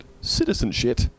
citizenship